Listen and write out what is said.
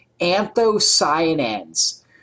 anthocyanins